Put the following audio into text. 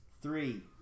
three